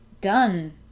done